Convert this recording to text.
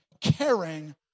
caring